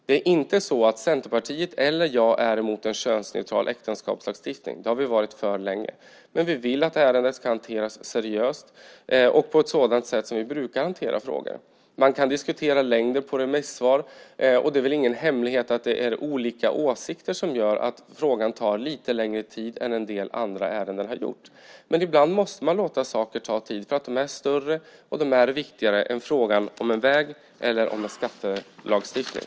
Det är inte så att Centerpartiet eller jag är emot en könsneutral äktenskapslagstiftning - det har vi länge varit för. Men vi vill att ärendet ska hanteras seriöst och på ett sådant sätt som vi brukar hantera frågor. Man kan diskutera längden på remissvar, och det är väl ingen hemlighet att det är olika åsikter som gör att frågan tar lite längre tid än en del andra ärenden har gjort. Men ibland måste man låta saker ta tid, därför att de är större och viktigare än frågan om en väg eller skattelagstiftning.